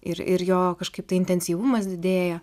ir ir jo kažkaip tai intensyvumas didėja